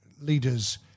leaders